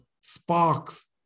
sparks